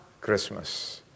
Christmas